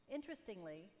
Interestingly